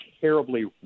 terribly